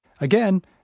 Again